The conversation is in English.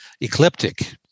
ecliptic